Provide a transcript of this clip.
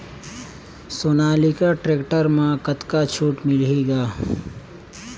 Sonalika tractor म कतका छूट मिलही ग?